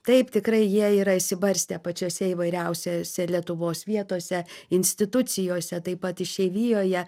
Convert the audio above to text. taip tikrai jie yra išsibarstę pačiose įvairiausiose lietuvos vietose institucijose taip pat išeivijoje